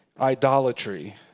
idolatry